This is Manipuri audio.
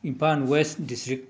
Imphal west district